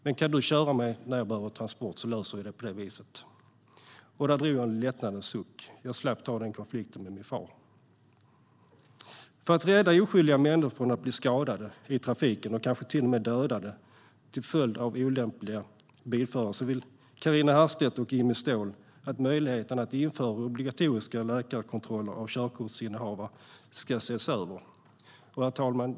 Men kan du köra mig när jag behöver transport, så löser vi det på det viset? Jag drog en lättnadens suck. Jag slapp ta denna konflikt med min far. Herr talman!